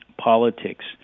politics